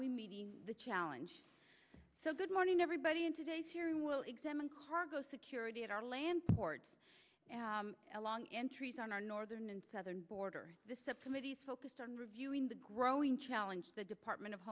we meeting the challenge so good morning everybody in today's hearing will examine cargo security at our land ports along entries on our northern and southern border the subcommittee is focused on reviewing the growing challenge the department of